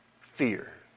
fear